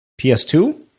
PS2